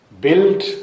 built